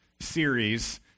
series